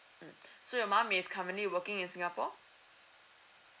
mm so your mom is currently working in singapore